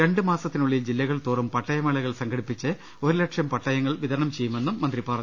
രണ്ടു മാസത്തിനുള്ളിൽ ജില്ലകൾ തോറും പട്ടയമേളകൾ സംഘടിപ്പിച്ച് ഒരു ലക്ഷം പട്ടയങ്ങൾ വിതരണം ചെയ്യുമെന്ന് മന്ത്രി പറഞ്ഞു